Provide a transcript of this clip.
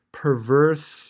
perverse